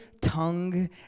tongue